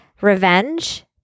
Revenge